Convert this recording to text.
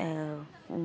ओह ओम